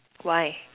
why